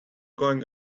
going